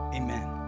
amen